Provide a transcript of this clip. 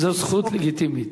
זו זכות לגיטימית.